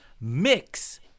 Mix